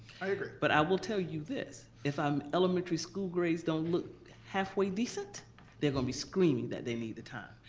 i agree. but i will tell you this if um elementary school grades don't look halfway decent they're going to be screaming that they need the time.